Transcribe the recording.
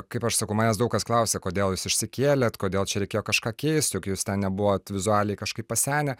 kaip aš sakau manęs daug kas klausia kodėl jūs išsikėlėt kodėl čia reikėjo kažką keist jūs ten nebuvot vizualiai kažkaip pasenę